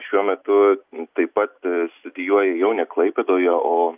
šiuo metu taip pat studijuoja jau ne klaipėdoje o